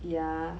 yeah